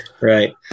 right